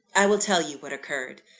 i will tell you what occurred.